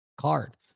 card